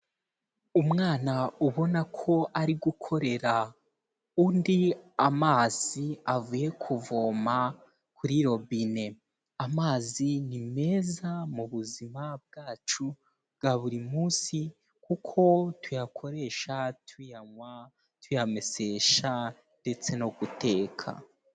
Umwana ubona ko ari gukorera undi amazi avuye kuvoma kuri robine. Amazi ni meza mu buzima bwacu bwa buri munsi, kuko tuyakoresha tuyanywa, tuyamesesha, ndetse no guteka.